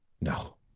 no